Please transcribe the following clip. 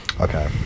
okay